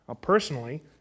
Personally